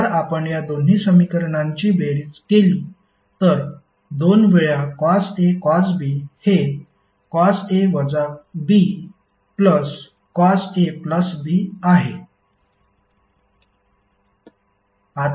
जर आपण या दोन्ही समीकरणांची बेरीज केली तर दोन वेळा कॉस A कॉस B हे कॉस A वजा B plus cos A plus B आहे